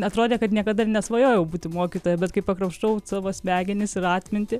atrodė kad niekada ir nesvajojau būti mokytoja bet kaip pakrapštau savo smegenis ir atmintį